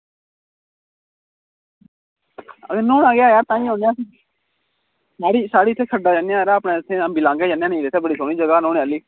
बे न्हौना गै ताहीं चलने आं साढ़ी खड्डा जन्ने आं नेईं ता अम्बी लंग्गा जन्ने आं नेईं तां